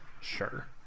Sure